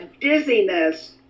dizziness